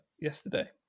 yesterday